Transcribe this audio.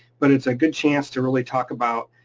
but it's a good chance to really talk about.